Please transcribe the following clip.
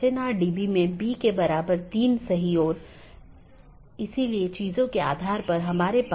दो त्वरित अवधारणाऐ हैं एक है BGP एकत्रीकरण